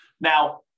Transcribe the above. Now